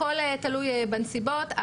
הכול תלוי בנסיבות.